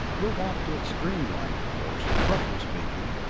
we'll want it streamlined, of course roughly speaking,